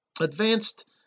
advanced